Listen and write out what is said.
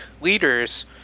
leaders